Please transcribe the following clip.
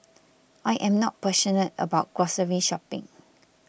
I am not passionate about grocery shopping